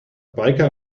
biker